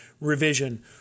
Revision